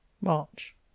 march